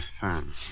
Fine